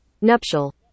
Nuptial